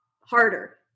harder